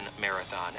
Marathon